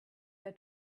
were